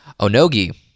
Onogi